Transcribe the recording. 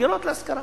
דירות להשכרה.